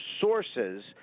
sources